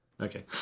Okay